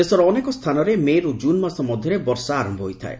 ଦେଶର ଅନେକ ସ୍ଥାନରେ ମେ ରୁ ଜୁନ୍ ମାସ ମଧ୍ୟରେ ବର୍ଷା ଆରମ୍ଭ ହୋଇଥାଏ